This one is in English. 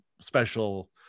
special